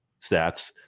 stats